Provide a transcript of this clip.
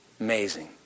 amazing